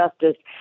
justice